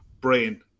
brain